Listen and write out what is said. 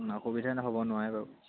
অসুবিধা হ'ব নোৱাৰে বাউ